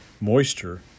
moisture